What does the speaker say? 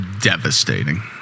devastating